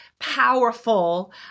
powerful